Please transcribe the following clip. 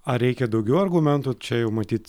ar reikia daugiau argumentų čia jau matyt